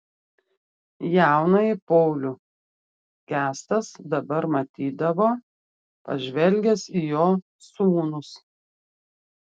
jaunąjį paulių kęstas dabar matydavo pažvelgęs į jo sūnus